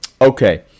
Okay